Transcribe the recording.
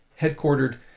headquartered